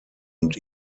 und